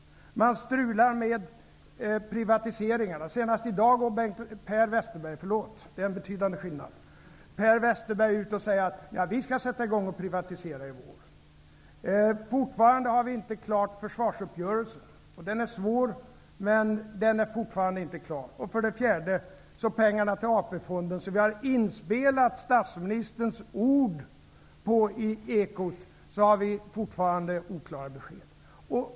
Den strular med privatiseringarna. Senast i dag går Bengt Westerberg, förlåt, jag menar Per Westerberg -- det är en betydande skillnad -- ut och säger: Vi skall sätta i gång och privatisera i vår. Fortfarande är försvarsuppgörelsen inte klar. Den är svår, och den är alltså fortfarande inte klar. I fråga om pengarna till AP-fonderna, har vi statsministerns ord från Ekot inspelade. Men vi har fortfarande inte fått några klara besked.